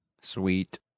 sweet